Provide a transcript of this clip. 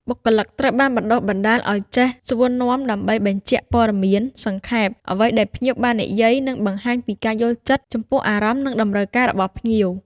បុគ្គលិកគួរត្រូវបានបណ្តុះបណ្តាលឱ្យចេះសួរនាំដើម្បីបញ្ជាក់ព័ត៌មាន សង្ខេបអ្វីដែលភ្ញៀវបាននិយាយ និងបង្ហាញពីការយល់ចិត្តចំពោះអារម្មណ៍ និងតម្រូវការរបស់ភ្ញៀវ។